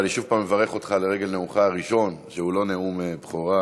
ואני שוב מברך אותך לרגל נאומך הראשון שהוא לא נאום בכורה.